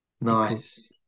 Nice